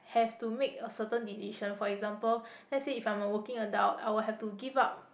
have to make a certain decision for example let's say if I am a working adult I would have to give up